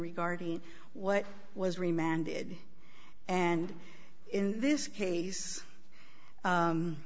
regarding what was remanded and in this case